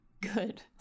good